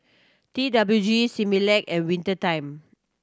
T W G Similac and Winter Time